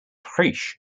frisch